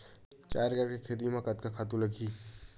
चार एकड़ चना के खेती कतेकन खातु लगही?